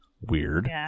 Weird